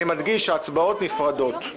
אני מדגיש שההצבעות נפרדות.